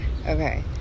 Okay